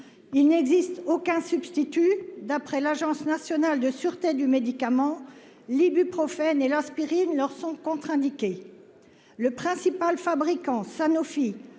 il n'existe aucun substitut d'après l'Agence nationale de sûreté du médicament. L'ibuprofène et l'aspirine leur sont contre-indiqués. Le principal fabricant Sanofi